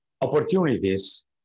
opportunities